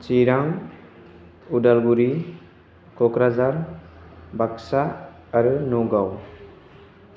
चिरां उदालगुरि क'क्राझार बाक्सा आरो न'गाव